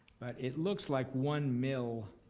but it looks like one mill